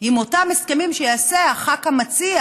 אם אותם הסכמים שיעשו הח"כ המציע